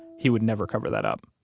he would never cover that up